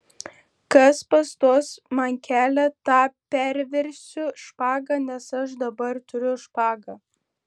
kas pastos man kelią tą perversiu špaga nes aš dabar turiu špagą